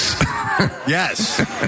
Yes